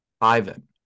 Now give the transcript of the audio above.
Ivan